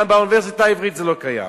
גם באוניברסיטה העברית הוא לא קיים.